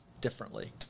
differently